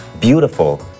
beautiful